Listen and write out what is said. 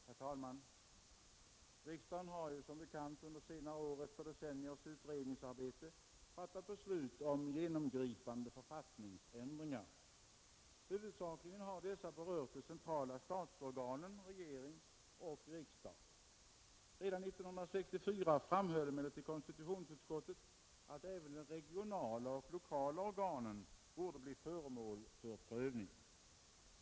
Herr talman! Riksdagen har som bekant under senare år — efter decenniers utredningsarbete — fattat beslut om genomgripande författningsändringar. Huvudsakligen har dessa berört de centrala statsorganen, regering och riksdag. Redan 1964 framhöll emellertid konstitutionsutskottet att även de regionala och lokala organen borde bli föremål för prövning.